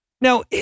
Now